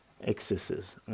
excesses